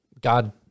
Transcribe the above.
God